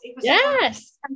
Yes